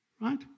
Right